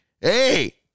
hey